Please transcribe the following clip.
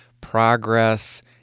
progress